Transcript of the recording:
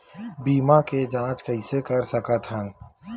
बीमा के जांच कइसे कर सकत हन?